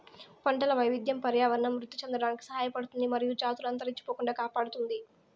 పంటల వైవిధ్యం పర్యావరణం వృద్ధి చెందడానికి సహాయపడుతుంది మరియు జాతులు అంతరించిపోకుండా కాపాడుతుంది